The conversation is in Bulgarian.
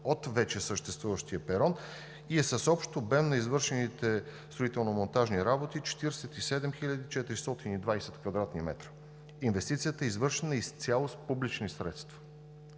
от вече съществуващия перон и е с общ обем на извършените строително-монтажни работи 47 420 квадратни метра. Инвестицията е извършена изцяло с публични средства.